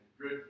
good